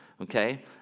Okay